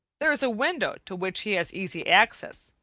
there is a window to which he has easy access,